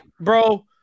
bro